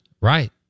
Right